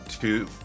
two